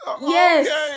Yes